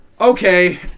Okay